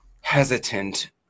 hesitant